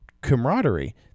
camaraderie